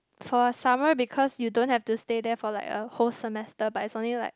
for summer because you don't have to stay there for like a whole semester but is only like